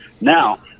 Now